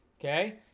okay